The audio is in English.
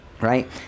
right